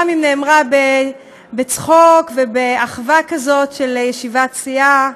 גם אם נאמרה בצחוק ובאחווה כזאת של ישיבת סיעה,